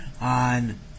on